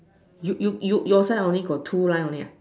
you you you your side only got two line only ah